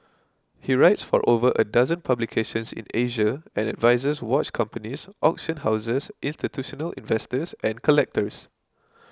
he writes for over a dozen publications in Asia and advises watch companies auction houses institutional investors and collectors